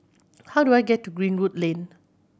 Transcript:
how do I get to Greenwood Lane